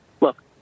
look